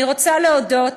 אני רוצה להודות